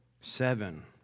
Seven